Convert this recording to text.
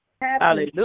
Hallelujah